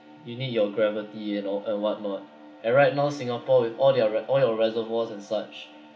you need your gravity you know and whatnot and right now singapore with all their re~ all your reservoirs and such